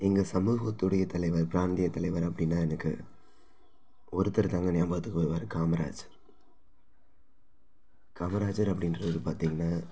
எங்கள் சமூகத்துடைய தலைவர் பிராந்தியத் தலைவர் அப்படின்னா எனக்கு ஒருத்தர் தாங்க ஞாபகத்துக்கு வருவார் காமராஜர் காமராஜர் அப்படின்றவரு பார்த்தீங்கன்னா